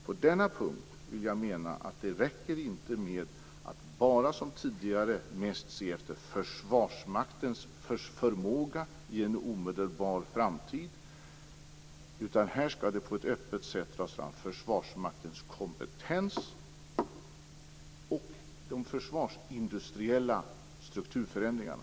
På denna punkt menar jag att det inte räcker med att bara, som tidigare, mest se till Försvarsmaktens förmåga i en omedelbar framtid, utan här skall på ett öppet sätt tas fram Försvarsmaktens kompetens och de försvarsindustriella strukturförändringarna.